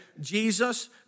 Jesus